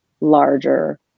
larger